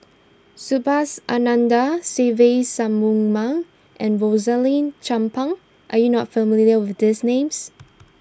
Subhas Anandan Se Ve Shanmugam and Rosaline Chan Pang are you not familiar with these names